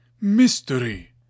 mystery